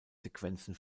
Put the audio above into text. sequenzen